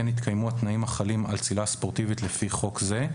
התקיימו התנאים החלים על צלילה ספורטיבית לפי חוק זה,